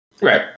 Right